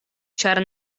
ĉar